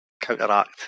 counteract